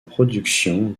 production